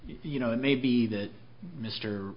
you know it may be that mr